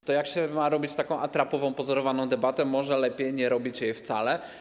Jeżeli ma się robić taką atrapową, pozorowaną debatę, może lepiej nie robić jej wcale.